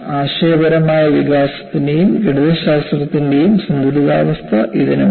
ആശയപരമായ വികാസത്തിന്റെയും ഗണിതശാസ്ത്രത്തിന്റെയും സന്തുലിതാവസ്ഥ ഇതിന് ഉണ്ട്